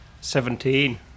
Seventeen